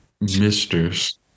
misters